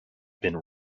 been